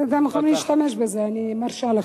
אתה יכול להשתמש בזה, אני מרשה לך.